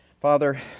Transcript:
Father